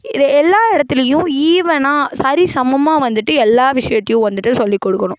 இதை எல்லா இடத்துலயும் ஈவனாக சரிசமமாக வந்துட்டு எல்லா விஷயத்தையும் வந்துட்டு சொல்லிக் கொடுக்கணும்